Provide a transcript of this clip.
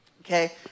Okay